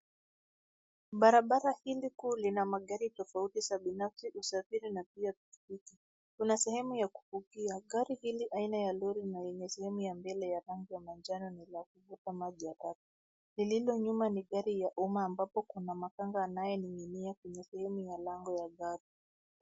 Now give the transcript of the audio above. Barabara hili kuu lina magari tofauti za binafsi usafiri na pia pikipiki. Kuna sehemu ya kupakia, gari hili aina ya lori na enye sehemu ya mbele ya rangi ya manjano ni la kuvuta maji. Lililo nyuma ni gari ya umma ambapo kuna makanga anaye ning'inia kwenye sehemu ya lango ya gari.